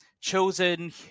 chosen